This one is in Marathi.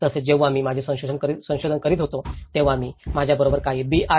तसेच जेव्हा मी माझे संशोधन करीत होतो तेव्हा मी माझ्याबरोबर काही बी